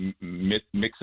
mixing